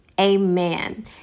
amen